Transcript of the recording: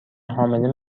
حامله